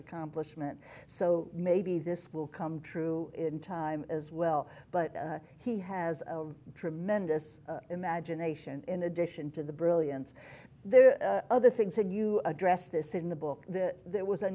accomplishment so maybe this will come true in time as well but he has tremendous imagination in addition to the brilliance there are other things and you address this in the book that there was a